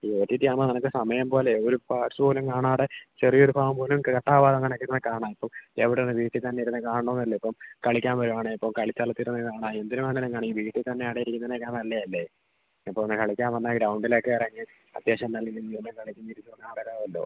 ഈ O T T ആകുമ്പോൾ നിനക്ക് സമയം പോലെ ഒരു പാര്ട്ട്സ് പോലും കാണാതെ ചെറിയൊരു ഭാഗം പോലും കട്ടാവാതെ നിനക്കിരുന്ന് കാണാം അപ്പോൾ എവിടെന്ന് വീട്ടിൽ തന്നെ ഇരുന്ന് കാണണം എന്നില്ല ഇപ്പം കളിക്കുക വരുവാണേ ഇപ്പോൾ കളിസ്ഥലത്തിരുന്നു കാണാം എന്തിലു വേണേലും കാണാം ഈ വീട്ടിൽ തന്നെ അടയിരിക്കുന്നതിനേക്കാള് നല്ലയല്ലേ ഇപ്പോൾ കളിക്കുക വന്നാൽ ഈ ഗ്രൗണ്ടിലൊക്കെ ഇറങ്ങി അത്യാവശ്യം നല്ലരീതി തന്നെ കളിച്ച് തിരിച്ചോമ്പൊ ആറരയാവും